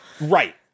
Right